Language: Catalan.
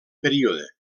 període